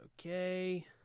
Okay